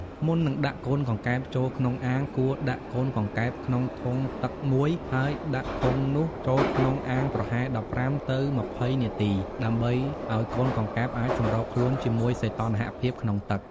មុននឹងដាក់កូនកង្កែបចូលក្នុងអាង គួរដាក់កូនកង្កែបក្នុងធុងទឹកមួយ ហើយដាក់ធុងនោះចូលក្នុងអាងប្រហែល ១៥ ទៅ ២០ នាទី ដើម្បីឲ្យកូនកង្កែបអាចសម្របខ្លួនជាមួយសីតុណ្ហភាពក្នុងទឹក។